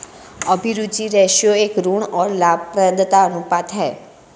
अभिरुचि रेश्यो एक ऋण और लाभप्रदता अनुपात है